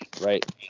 Right